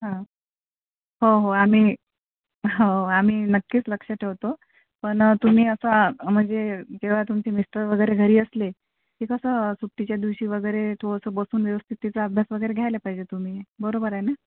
हं हो हो आम्ही हो आम्ही नक्कीच लक्ष ठेवतो पण तुम्ही आता म्हणजे जेव्हा तुमचे मिस्टर वगैरे घरी असले की कसं सुट्टीच्या दिवशी वगैरे थोडंसं बसून व्यवस्थित तिचा अभ्यास वगैरे घ्यायला पाहिजे तुम्ही बरोबर आहे ना